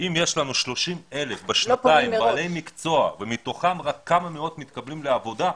אם יש לנו 30,000 בעלי מקצוע ומתוכם רק כמה מאות מתקבלים לעבודה,